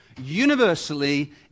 universally